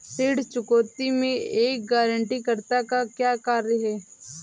ऋण चुकौती में एक गारंटीकर्ता का क्या कार्य है?